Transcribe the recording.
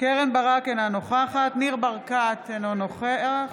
קרן ברק, אינה נוכחת ניר ברקת, אינו נוכח